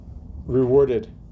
rewarded